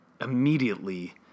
immediately